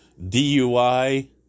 DUI